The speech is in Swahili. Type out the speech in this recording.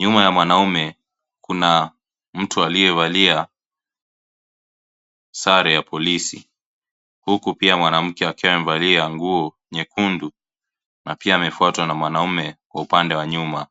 nyuma ya mwanaume kuna mtu aliyevalia sare ya polisi huku pia mwanamke akiwa amevalia nguo nyekundu na pia amefuatwa na mwanaume kwa upande wa nyuma.